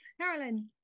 Carolyn